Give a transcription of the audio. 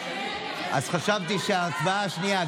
אז חשבתי שההצבעה השנייה,